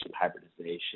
hybridization